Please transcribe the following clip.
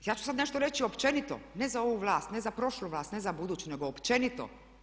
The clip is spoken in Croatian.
Ja ću sada nešto reći općenito, ne za ovu vlast, ne za prošlu vlast, ne za buduću nego općenito.